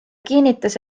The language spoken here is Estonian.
kinnitas